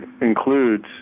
includes